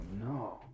no